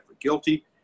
guilty